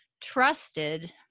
trusted